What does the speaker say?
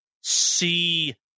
see